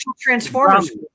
Transformers